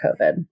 COVID